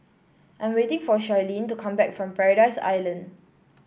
I'm waiting for Charleen to come back from Paradise Island